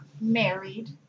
married